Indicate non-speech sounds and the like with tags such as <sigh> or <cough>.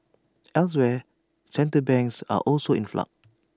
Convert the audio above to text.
<noise> elsewhere central banks are also in flux